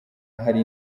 hari